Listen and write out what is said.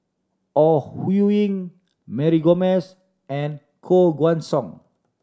Ore Huiying Mary Gomes and Koh Guan Song